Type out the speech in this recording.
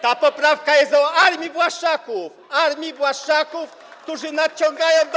Ta poprawka jest o armii Błaszczaków, armii Błaszczaków, którzy nadciągają do